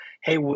hey